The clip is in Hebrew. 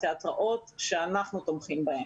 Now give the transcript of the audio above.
התיאטראות שאנחנו תומכים בהם.